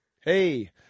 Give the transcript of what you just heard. Hey